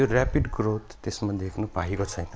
त्यो rapid growth त्यसमा देख्नु पाएको छैन